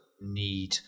need